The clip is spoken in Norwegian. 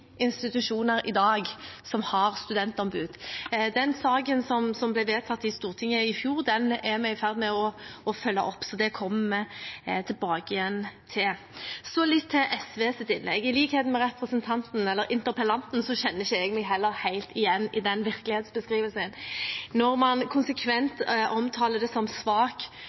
institusjoner som har studentombud. Den saken som ble vedtatt i Stortinget i fjor, er vi i ferd med å følge opp. Så det kommer jeg tilbake til. Så litt til SVs innlegg: I likhet med interpellanten kjenner jeg meg ikke helt igjen i virkelighetsbeskrivelsen når man konsekvent omtaler det som at basisen er svak.